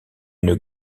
une